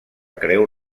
creu